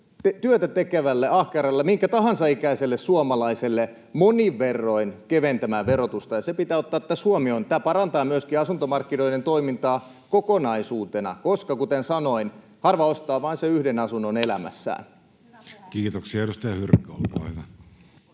työtä tekevän, ahkeran, minkä tahansa ikäisen suomalaisen verotusta, ja se pitää ottaa tässä huomioon. Tämä parantaa myöskin asuntomarkkinoiden toimintaa kokonaisuutena, koska, kuten sanoin, harva ostaa vain sen yhden asunnon elämässään. [Speech 154] Speaker: